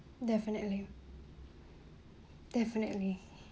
definitely definitely